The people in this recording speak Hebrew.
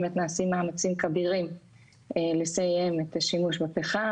נעשים מאמצים כבירים לסיים את השימוש בפחם